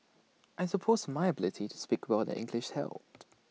I suppose my ability to speak well in English helped